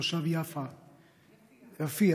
תושב יפיע,